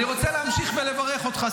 אני רוצה להמשיך ולברך אותך,